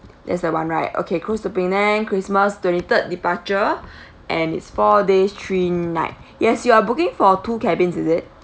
that's the one right okay cruise to penang christmas twenty third departure and it's four days three night yes you are booking for two cabins is it